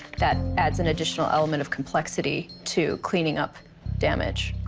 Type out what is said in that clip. that adds an additional element of complexity to cleaning up damage.